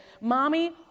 Mommy